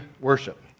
worship